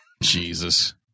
Jesus